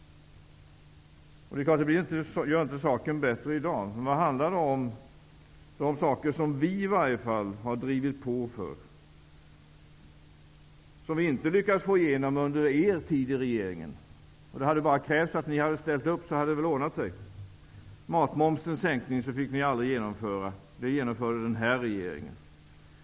Det gör inte saken bättre i dag. Det handlar om frågor där vi har drivit på, sådant som vi inte lyckades få igenom under er tid i regeringsställning. Det hade bara krävts att ni hade ställt upp, så hade det ordnat sig. En sänkning av matmomsen fick ni aldrig genomföra. Det genomförde den här regeringen.